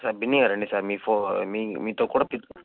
sir బిన్నేగా రండి sir మీ ఫో మీ మీతో కూడా తి